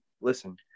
listen